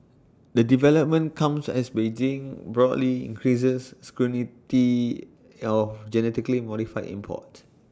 the development comes as Beijing broadly increases scrutiny of genetically modified imports